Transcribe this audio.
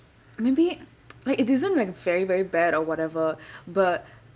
maybe like it isn't like very very bad or whatever but